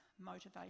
motivation